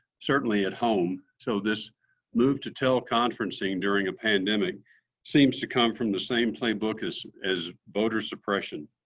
certainly at home, so this move to teleconferencing during a pandemic seems to come from the same playbook as as voter suppression.